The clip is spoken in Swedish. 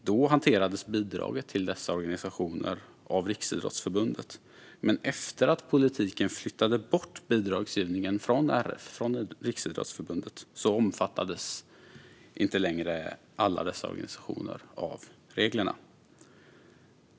Då hanterades bidraget till dessa organisationer av Riksidrottsförbundet, men efter att politiken flyttat bort bidragsgivningen från Riksidrottsförbundet omfattas inte längre alla dessa organisationer av reglerna.